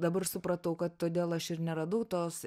dabar supratau kad todėl aš ir neradau tos